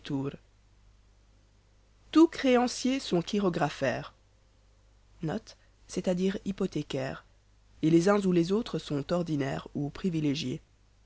debetur tous créanciers sont chirographaires et les uns ou les autres sont ordinaires ou privilégiés